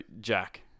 Jack